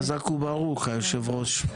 חזק וברוך היושבת-ראש.